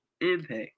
impact